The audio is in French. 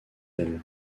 elle